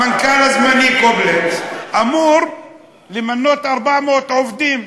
המנכ"ל הזמני קובלנץ אמור למנות 400 עובדים.